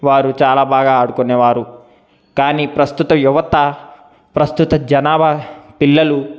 వారు చాలా బాగా ఆడుకునేవారు కానీ ప్రస్తుత యువత ప్రస్తుత జనాభా పిల్లలు